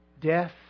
death